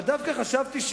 אבל דווקא חשבתי,